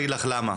אני אגיד לך למה,